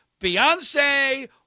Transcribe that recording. Beyonce